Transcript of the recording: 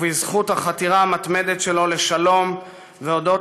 בזכות החתירה המתמדת שלו לשלום והודות